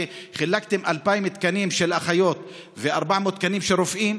כשחילקתם 2,000 תקנים של אחיות ו-400 תקנים של רופאים,